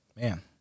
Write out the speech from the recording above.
man